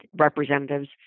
representatives